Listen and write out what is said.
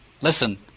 Listen